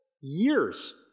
Years